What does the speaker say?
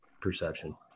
perception